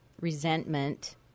resentment